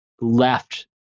left